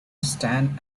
stand